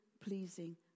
pleasing